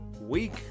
week